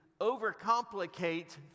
overcomplicate